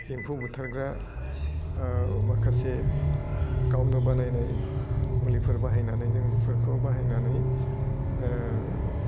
एम्फौ बुथारग्रा माखासे गावनो बानायनाय मुलिफोर बाहायनानै जोङो बेफोरखौ बानायनानै